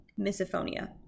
misophonia